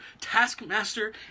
Taskmaster